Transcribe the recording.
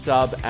Sub